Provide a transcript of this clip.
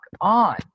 on